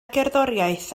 gerddoriaeth